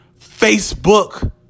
Facebook